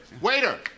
Waiter